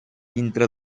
dintre